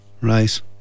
Right